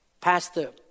Pastor